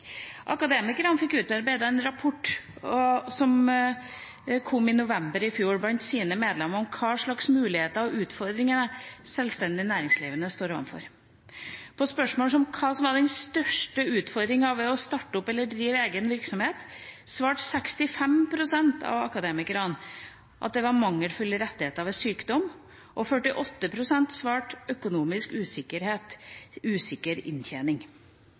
Akademikerne fikk utarbeidet en rapport, som kom i november i fjor – blant sine medlemmer – om hva slags muligheter og utfordringer sjølstendig næringsdrivende står overfor. På spørsmål om hva som var den største utfordringa ved å starte opp eller drive egen virksomhet, svarte 65 pst. at det var mangelfulle rettigheter ved sykdom, og 48 pst. svarte økonomisk usikkerhet/usikker inntjening.